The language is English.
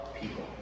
people